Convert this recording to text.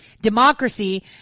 Democracy